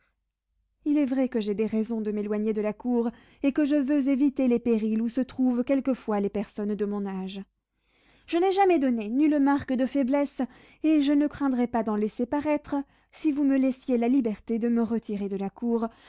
il est vrai que j'ai des raisons de m'éloigner de la cour et que je veux éviter les périls où se trouvent quelquefois les personnes de mon âge je n'ai jamais donné nulle marque de faiblesse et je ne craindrais pas d'en laisser paraître si vous me laissiez la liberté de me retirer de la cour